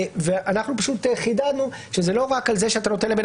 אנחנו פשוט חידדנו שזה לא רק על זה שאתה נותן לבן